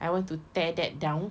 I want to tear that down